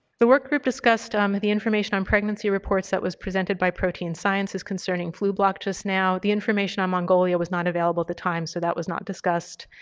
the work group discussed um the information on pregnancy reports that was presented by protein sciences concerning flublok just now. the information on mongolia was not available at the time so that was not discussed.